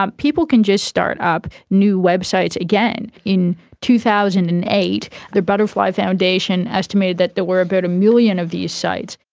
um people can just start up new websites again. in two thousand and eight the butterfly foundation estimated that there were about a million of these sites.